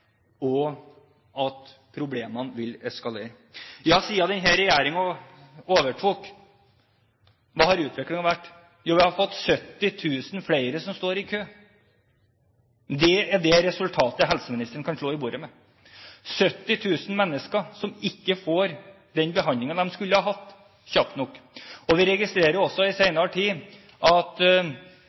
og at problemene vil eskalere. Hvordan har utviklingen vært siden denne regjeringen overtok? Jo, vi har fått 70 000 flere som står i kø. Det er det resultatet helseministeren kan slå i bordet med: 70 000 mennesker som ikke får den behandlingen de skulle hatt, kjapt nok. Vi har også registrert i senere tid at